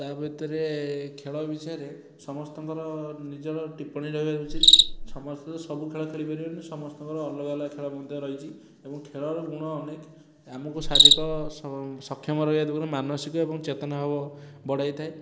ତା ଭିତରେ ଖେଳ ବିଷୟରେ ସମସ୍ତଙ୍କର ନିଜର ଟିପ୍ପଣୀ ରହିବା ଉଚିତ୍ ସମସ୍ତେ ତ ସବୁ ଖେଳ ପାରିବେନି ସମସ୍ତଙ୍କର ଅଲଗା ଅଲଗା ଖେଳ ମଧ୍ୟ ରହିଛି ଏବଂ ଖେଳର ଗୁଣ ଅନେକ ଆମକୁ ଶାରୀରିକ ସ ସକ୍ଷମ ରହିବା ଯୋଗୁରୁ ମାନସିକ ଏବଂ ଚେତନା ଭାବ ବଢ଼ାଇଥାଏ